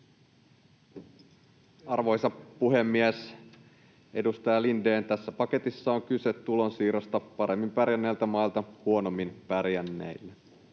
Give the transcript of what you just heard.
Arvoisa puhemies! Edustaja Lindén, tässä paketissa on kyse tulonsiirrosta paremmin pärjänneiltä mailta huonommin pärjänneille,